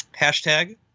hashtag